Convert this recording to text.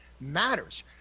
Matters